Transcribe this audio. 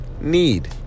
need